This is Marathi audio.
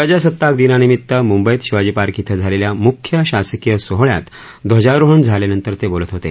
प्रजासत्ताक दिनानिमीत्त मुंबईत शिवाजी पार्क इथं झालेल्या मुख्य शासकीय सोहळ्यात ध्वजारोहण झाल्यानंतर ते बोलत होते